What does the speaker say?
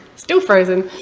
still frozen!